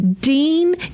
Dean